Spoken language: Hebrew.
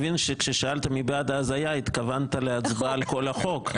שכששאלת מי בעד ההזיה התכוונת להצבעה על כל החוק?